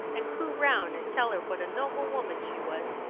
and coo round, and tell her what a noble woman she was,